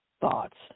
thoughts